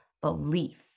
belief